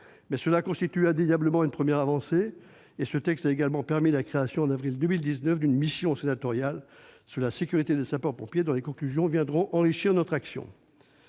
Il s'agit toutefois d'une première avancée indéniable. Ce texte a également permis la création, en avril 2019, d'une mission sénatoriale sur la sécurité des sapeurs-pompiers, dont les conclusions viendront enrichir notre action.